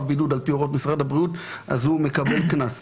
בידוד על פי הוראות משרד הבריאות הוא מקבל קנס.